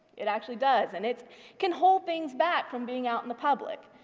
it actually does and it can hold things back from being out in the public.